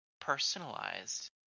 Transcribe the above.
personalized